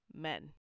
men